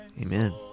Amen